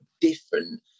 different